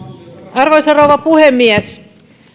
arvoisa rouva puhemies